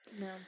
No